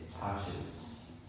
touches